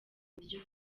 buryo